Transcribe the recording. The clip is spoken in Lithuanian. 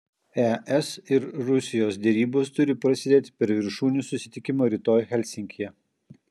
es ir rusijos derybos turi prasidėti per viršūnių susitikimą rytoj helsinkyje